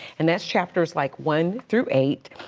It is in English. and that's chapters like one through eight.